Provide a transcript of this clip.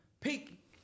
Peak